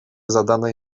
zadane